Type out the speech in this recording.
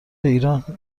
ایران